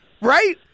right